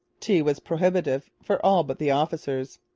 tea was prohibitive for all but the officers.